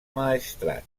maestrat